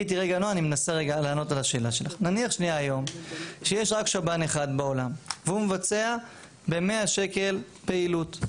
יש רק שב"ן אחד בעולם והוא מבצע ב-100 שקל פעילות,